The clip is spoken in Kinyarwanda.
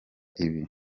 ibi